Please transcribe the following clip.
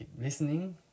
listening